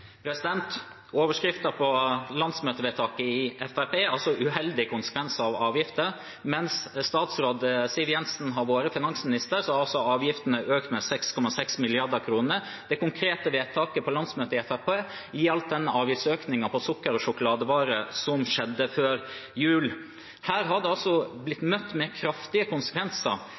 på landsmøtevedtaket i Fremskrittspartiet er «Uheldige konsekvenser av avgifter». Mens statsråd Siv Jensen har vært finansminister, har avgiftene økt med 6,6 mrd. kr. Det konkrete vedtaket på landsmøtet i Fremskrittspartiet gjaldt avgiftsøkningen på sukker- og sjokoladevarer som ble vedtatt før jul. Dette har